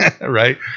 Right